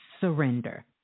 surrender